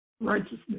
righteousness